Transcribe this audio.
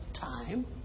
time